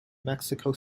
mexico